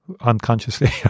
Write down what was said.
unconsciously